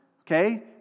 Okay